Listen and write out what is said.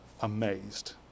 amazed